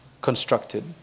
constructed